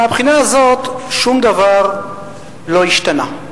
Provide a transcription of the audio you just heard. מהבחינה הזאת שום דבר לא השתנה.